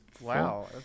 wow